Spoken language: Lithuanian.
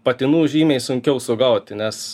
patinų žymiai sunkiau sugauti nes